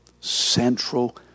central